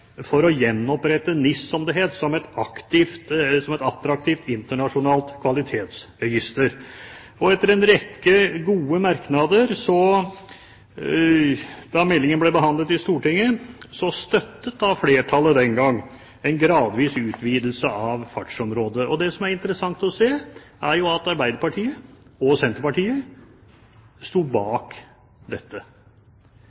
for å «gjenopprette NIS», som det het, «som et attraktivt internasjonalt kvalitetsregister». Etter en rekke gode merknader da meldingen ble behandlet i Stortinget, støttet flertallet den gang en gradvis utvidelse av fartsområdet. Det som er interessant, er at Arbeiderpartiet og Senterpartiet sto